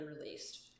released